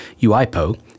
UIPO